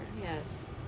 Yes